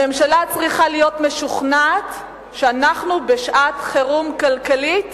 הממשלה צריכה להיות משוכנעת שאנחנו בשעת חירום כלכלית